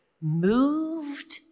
Moved